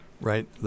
right